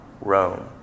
Rome